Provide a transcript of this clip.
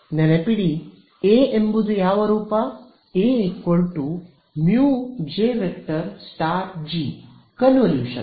ನೆನಪಿಡಿ ಎ ಎಂಬುದು ಯಾವ ರೂಪ A μ⃗J ∗ G ಕನ್ವಿಲ್ಯೂಷನ್